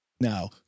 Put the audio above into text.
Now